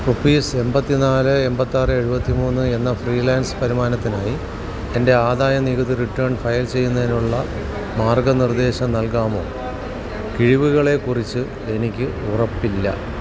rupees എൺപത്തി നാല് എൺപത്തി ആറ് എഴുപത്തി മൂന്ന് എന്ന ഫ്രീലാൻസ് വരുമാനത്തിനായി എൻ്റെ ആദായ നികുതി റിട്ടേൺ ഫയൽ ചെയ്യുന്നതിനുള്ള മാർഗ്ഗനിർദ്ദേശം നൽകാമോ കിഴിവുകളെ കുറിച്ച് എനിക്ക് ഉറപ്പില്ല